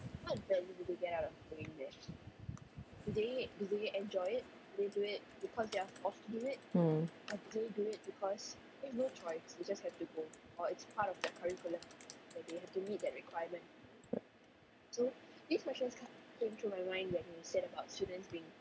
mm